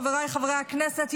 חבריי חברי הכנסת,